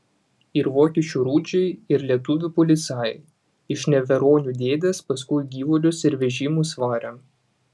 ir vokiečių rudžiai ir lietuvių policajai iš neveronių dėdės paskui gyvulius ir vežimus varė